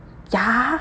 ya